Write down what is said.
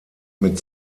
mit